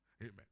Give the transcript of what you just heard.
Amen